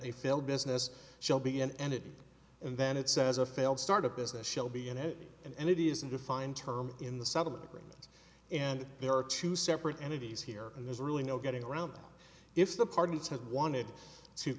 failed business shall be an entity and then it says a failed start a business shall be in it and it isn't defined term in the settlement agreements and there are two separate entities here and there's really no getting around if the parties had wanted to